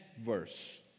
verse